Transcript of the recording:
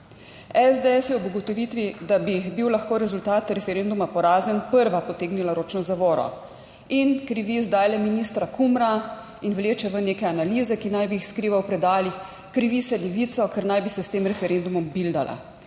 SDS je ob ugotovitvi, da bi bil lahko rezultat referenduma porazen, prva potegnila ročno zavoro in krivi zdaj ministra Kumra in vleče v neke analize, ki naj bi jih skriva v predalih, krivi se Levico, ker naj bi se s tem referendumom bildala,